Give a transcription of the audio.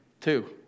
two